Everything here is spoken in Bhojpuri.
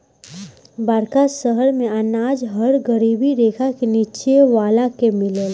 बड़का शहर मेंअनाज हर गरीबी रेखा के नीचे वाला के मिलेला